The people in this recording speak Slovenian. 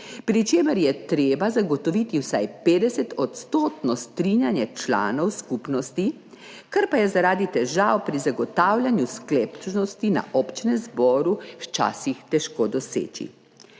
pri čemer je treba zagotoviti vsaj 50-odstotno strinjanje članov skupnosti, kar pa je zaradi težav pri zagotavljanju sklepčnosti na občnem zboru včasih težko doseči.